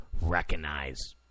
recognize